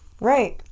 Right